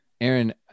Aaron